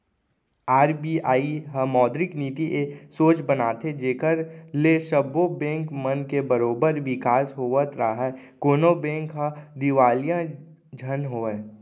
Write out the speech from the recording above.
RBI ह मौद्रिक नीति ए सोच बनाथे जेखर ले सब्बो बेंक मन के बरोबर बिकास होवत राहय कोनो बेंक ह दिवालिया झन होवय